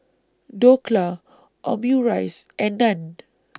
Dhokla Omurice and Naan